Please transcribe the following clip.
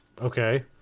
Okay